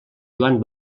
joan